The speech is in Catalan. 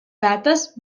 dates